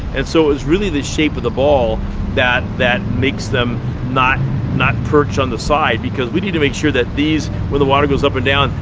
and so it was really the shape of the ball that that makes them not not perch on the side because we need to make sure that these, when the water goes up and down,